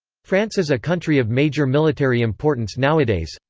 france is a country of major military importance nowadays,